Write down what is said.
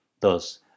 Thus